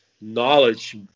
knowledge